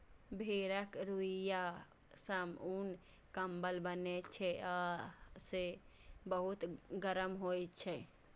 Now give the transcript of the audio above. भेड़क रुइंया सं उन, कंबल बनै छै आ से बहुत गरम होइ छै